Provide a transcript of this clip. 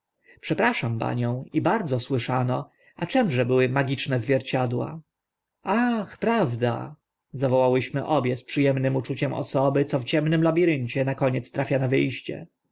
przepraszam panią i bardzo słyszano a czymże były magiczne zwierciadła aha prawda zawołałyśmy obie z przy emnym uczuciem osoby co w ciemnym labiryncie na koniec trafia na wy